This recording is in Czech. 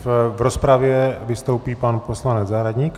V rozpravě vystoupí pan poslanec Zahradník.